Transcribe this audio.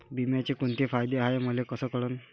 बिम्याचे कुंते फायदे हाय मले कस कळन?